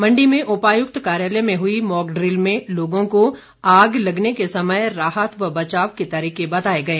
मण्डी में उपायुक्त कार्यालय में हई मॉकड़िल में लोगों को आग लगने के समय राहत व बचाव के तरीके बताए गए